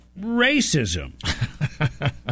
racism